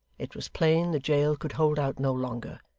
it was plain the jail could hold out no longer.